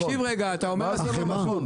תקשיב רגע, אתה אומר משהו לא נכון.